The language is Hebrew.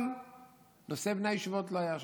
אבל נושא בני הישיבות לא היה שם.